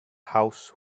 house